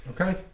Okay